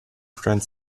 grand